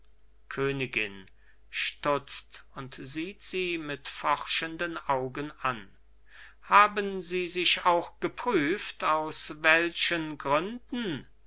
königin stutzt und sieht sie mit forschenden augen an haben sie sich auch geprüft aus welchen gründen